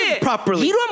properly